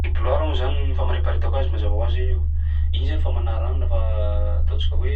I bouilloire moa zany famariparitako azy mazava hoazy, iny zany famanà rano lafa ataontsika hoe